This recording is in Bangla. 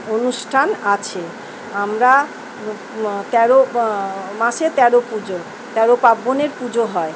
অনুষ্ঠান আছে আমরা তেরো মাসে তেরো পুজো তেরো পার্বণের পুজো হয়